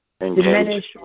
diminish